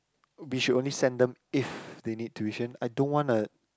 we should only send them if they need tuition I don't wanna